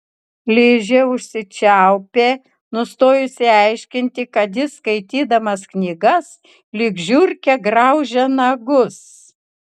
ližė užsičiaupė nustojusi aiškinti kad jis skaitydamas knygas lyg žiurkė graužia nagus